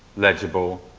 legible,